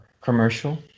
commercial